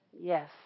Yes